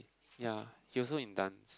ya he also in dance